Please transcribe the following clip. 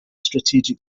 strategic